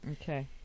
Okay